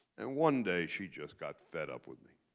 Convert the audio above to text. and one day she just got fed up with me.